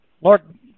Lord